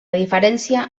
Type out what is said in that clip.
diferència